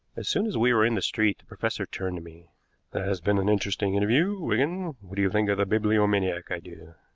as soon as we were in the street the professor turned to me. that has been an interesting interview, wigan. what do you think of the bibliomaniac idea?